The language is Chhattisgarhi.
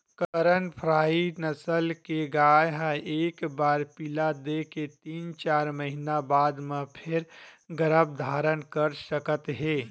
करन फ्राइ नसल के गाय ह एक बार पिला दे के तीन, चार महिना बाद म फेर गरभ धारन कर सकत हे